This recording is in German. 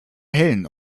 hellen